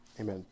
Amen